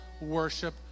worship